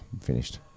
finished